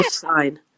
sign